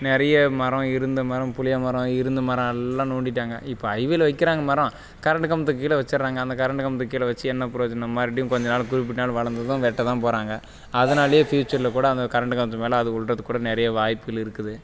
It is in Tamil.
நிறைய மரம் இருந்த மரம் புளியமரம் இருந்த மரம் எல்லாம் நோண்டிட்டாங்கள் இப்போ ஹைவேயில் வக்கிறாங்க மரம் கரண்டு கம்பத்துக்கு கீழே வச்சுட்கிறாங்க அந்த கரண்டு கம்பத்துக்கு கீழே வச்சு என்ன ப்ரோஜனம் மறுபடியும் கொஞ்ச நாள் குறிப்பிட்ட நாள் வளர்ந்ததும் வெட்ட தான் போகிறாங்க அதுனாலேயே ஃப்யூச்சரில் கூட அந்தக் கரண்டு கம்பத்து மேலே அது விழுறத்துக்கு கூட நிறைய வாய்ப்புகள் இருக்குது